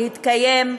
להתקיים,